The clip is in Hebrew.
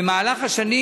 במהלך השנים,